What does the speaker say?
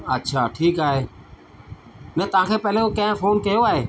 अच्छा ठीकु आहे न तव्हांखे पहिरीं कहें फोन कयो आहे